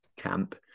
camp